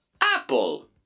Apple